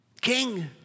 King